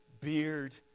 beard